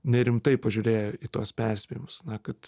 nerimtai pažiūrėjo į tuos perspėjimus na kad